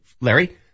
Larry